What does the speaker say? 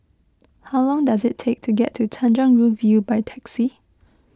how long does it take to get to Tanjong Rhu View by taxi